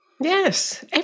Yes